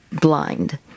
blind